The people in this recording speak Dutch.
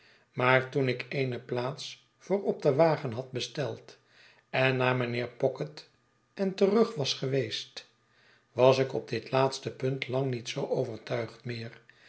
maar toen ik eene plaats voor op den wagen had besteld en riaar mijnheer pocket en terug was geweest was ik op dit laatste punt lang niet zoo overtuigd meer